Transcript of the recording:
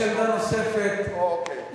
יש עמדה נוספת, אוקיי.